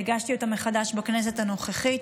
והגשתי אותה מחדש בכנסת הנוכחית.